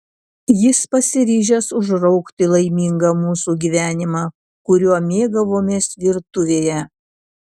jis pasiryžęs užraukti laimingą mūsų gyvenimą kuriuo mėgavomės virtuvėje